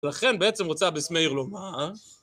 לכן בעצם רוצה בסמייר לומר...